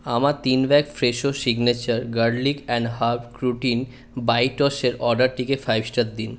আমার তিন bag Fresho signature garlic and herb crouton বাইটসের অর্ডারটিকে ফাইভ স্টার দিন